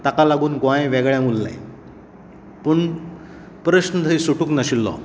तांकां लागून गोंय वेगळे उरलें पूण प्रश्न थंय सुटूंक नाशिल्लो